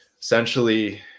essentially